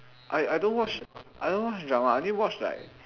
I I don't watch I don't watch drama I only watch like